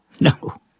No